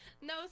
no